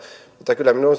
mutta kyllä